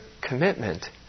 commitment